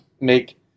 make